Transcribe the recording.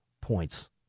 points